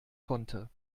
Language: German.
konnte